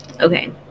Okay